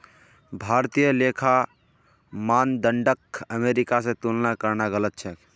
भारतीय लेखा मानदंडक अमेरिका स तुलना करना गलत छेक